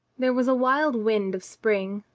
there was a wild wind of spring,